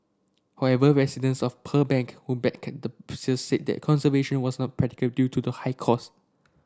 however residents of Pearl Bank who backed sale said that conservation was not practical due to the high cost